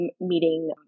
meeting